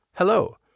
Hello